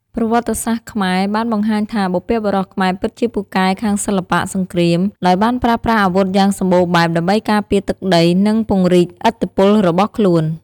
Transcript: ប្រវត្តិសាស្ត្រខ្មែរបានបង្ហាញថា បុព្វបុរសខ្មែរពិតជាពូកែខាងសិល្បៈ សង្គ្រាម ដោយបានប្រើប្រាស់អាវុធយ៉ាងសម្បូរបែបដើម្បីការពារទឹកដី និងពង្រីកឥទ្ធិពលរបស់ខ្លួន។